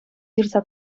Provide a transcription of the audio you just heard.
ҫырса